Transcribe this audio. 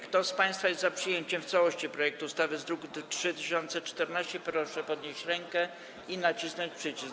Kto z państwa jest za przyjęciem w całości projektu ustawy z druku nr 3014, proszę podnieść rękę i nacisnąć przycisk.